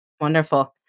Wonderful